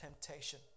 temptation